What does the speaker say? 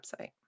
website